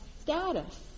status